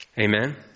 Amen